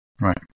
Right